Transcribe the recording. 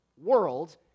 world